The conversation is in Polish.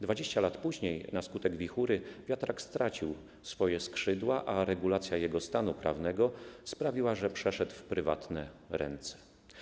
20 lat później na skutek wichury wiatrak stracił swoje skrzydła, a regulacja jego stanu prawnego sprawiła, że przeszedł w prywatne ręce.